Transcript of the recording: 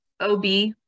OB